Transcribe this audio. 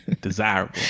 Desirable